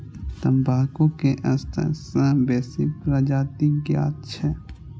तंबाकू के सत्तर सं बेसी प्रजाति ज्ञात छै